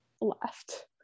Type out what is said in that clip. left